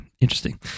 interesting